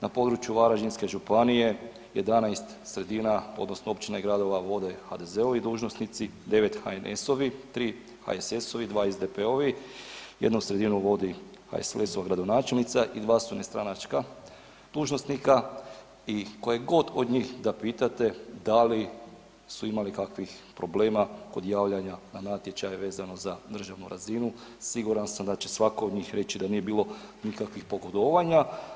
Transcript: Na području Varaždinske županije 11 sredina odnosno općina i gradova vode HDZ-ovi dužnosnici, 9 HNS-ovi, 3 HSS-ovi i 2 SDP-ovi, jednu sredinu vodi HSLS-ova gradonačelnica i 2 su nestranačka dužnosnika i koje god od njih da pitate da li su imali kakvih problema kod javljanje na natječaj vezano za državnu razinu, siguran sam da će svako od njih reći da nije bilo nikakvih pogodovanja.